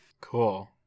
Cool